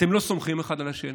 אתם לא סומכים אחד על השני?